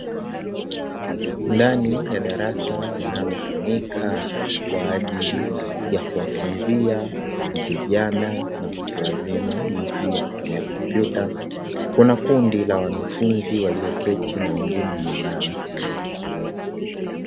Ndani ya darasa, linalotumika kwa ajili ya kuwafunzia vijana na watu wazima jinsi ya kutumia kompyuta. Kuna kundi la wanafunzi walioketi na wengine wameinama.